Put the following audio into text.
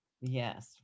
Yes